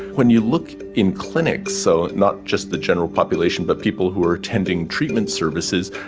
when you look in clinics, so not just the general population but people who are attending treatment services,